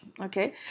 okay